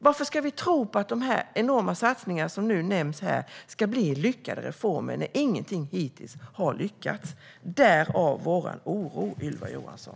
Varför ska vi tro på att de enorma satsningar på reformer som nu nämns här ska bli lyckade när ingenting hittills har lyckats? Därav vår oro, Ylva Johansson.